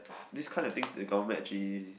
this kind of thing the government actually